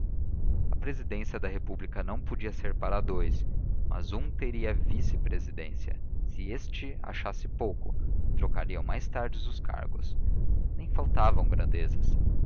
a presidência da república não podia ser para dous mas um teria a vice presidência e se este a achasse pouco trocariam mais tarde os cargos nem faltavam grandezas